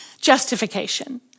justification